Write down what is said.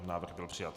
Návrh byl přijat.